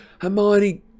Hermione